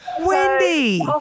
Wendy